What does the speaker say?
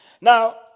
Now